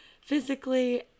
physically